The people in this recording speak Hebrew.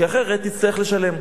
כי אחרת תצטרך לשלם.